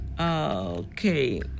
Okay